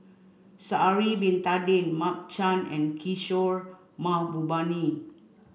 Sha'ari bin Tadin Mark Chan and Kishore Mahbubani